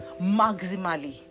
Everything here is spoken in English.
maximally